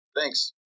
Thanks